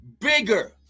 bigger